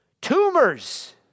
Tumors